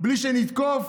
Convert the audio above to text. בלי שנתקוף.